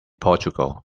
portugal